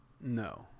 No